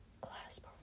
clasp